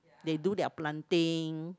they do their planting